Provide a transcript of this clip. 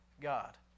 God